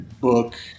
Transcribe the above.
book